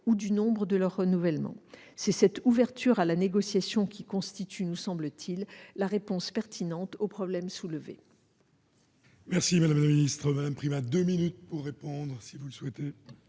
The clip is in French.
ou du nombre de leurs renouvellements. C'est cette ouverture à la négociation qui constitue, nous semble-t-il, la réponse pertinente au problème soulevé.